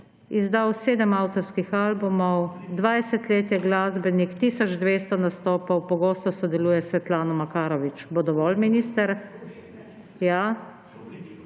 izdal sedem avtorskih albumov, 20 let je glasbenik, tisoč 200 nastopov, pogosto sodeluje s Svetlano Makarovič. Bo dovolj minister?